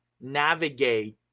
navigate